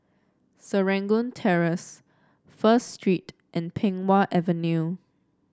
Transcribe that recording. Serangoon Terrace First Street and Pei Wah Avenue